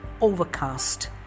overcast